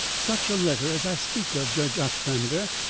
such a letter as i speak of, judge ostrander.